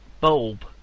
Bulb